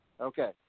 Okay